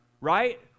right